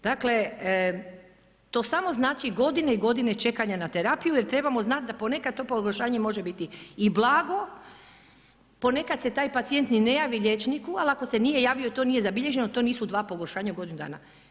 Dakle to samo znači godine i godine čekanja na terapiju jer trebamo znat da ponekad to pogoršanje može biti i blago, ponekad se taj pacijent ni ne javi liječniku, ali ako se nije javio, to nije zabilježeno, to nisu dva pogoršanja u godinu dana.